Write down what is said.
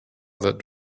that